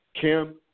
Kim